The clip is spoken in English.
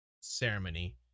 ceremony